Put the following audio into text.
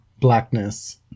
blackness